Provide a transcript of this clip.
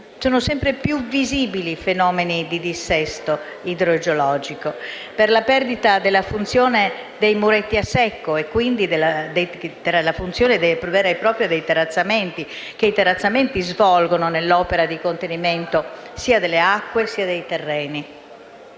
sono sempre più visibili fenomeni di dissesto idrogeologico, per la perdita della funzione dei muretti a secco che i terrazzamenti svolgono nell'opera di contenimento sia delle acque che dei terreni.